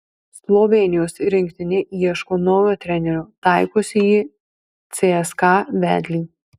slovėnijos rinktinė ieško naujo trenerio taikosi į cska vedlį